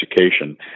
education